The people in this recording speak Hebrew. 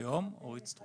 כיום אורית סטרוק.